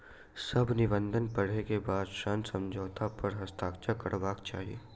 सभ निबंधन पढ़ै के बाद ऋण समझौता पर हस्ताक्षर करबाक चाही